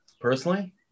personally